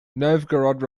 novgorod